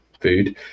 food